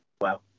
Wow